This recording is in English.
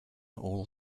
all